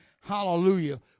hallelujah